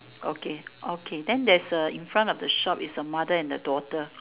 okay okay then there's the in front of the shop is the mother and the daughter